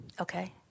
Okay